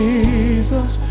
Jesus